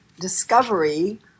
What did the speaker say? discovery